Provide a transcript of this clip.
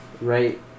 right